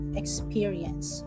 experience